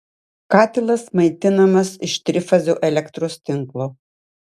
katilas maitinamas iš trifazio elektros tinklo